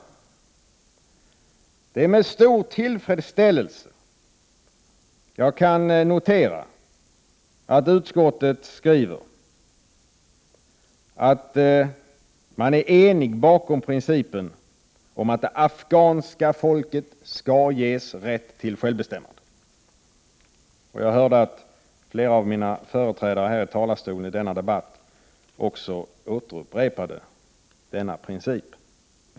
Det är med stor tillfredsställelse jag kan notera att utskottet skriver att man är enig bakom principen om att det afghanska folket skall ges rätt till självbestämmande. Jag hörde flera av mina företrädare i denna debatt upprepa denna princip.